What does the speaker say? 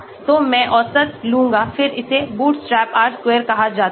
तो मैं औसत लूंगा फिर इसे बूट स्ट्रैप R square कहा जाता है